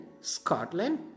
Scotland